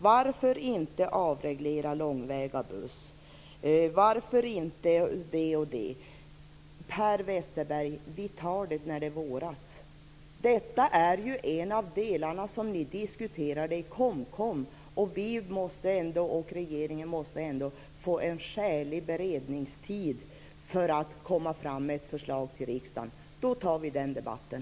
Varför inte avreglera långväga buss, osv., osv.? Per Westerberg, vi tar det när det våras! Detta är en av de delar som ni diskuterade i KOMKOM. Vi och regeringen måste ändå få en skälig beredningstid för att komma med ett förslag till riksdagen. Sedan tar vi den debatten.